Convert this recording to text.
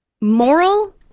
moral